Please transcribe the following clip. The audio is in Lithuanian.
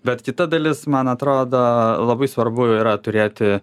bet kita dalis man atrodo labai svarbu yra turėti